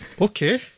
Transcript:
Okay